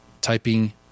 typing